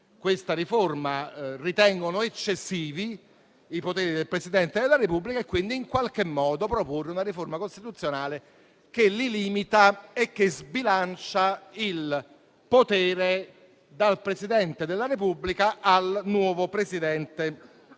questa riforma, ritengono eccessivi i poteri del Presidente della Repubblica e quindi, in qualche modo, proporre una riforma costituzionale che li limita e che sbilancia il potere dal Presidente della Repubblica al nuovo Presidente